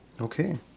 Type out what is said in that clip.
Okay